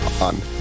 on